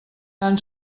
tan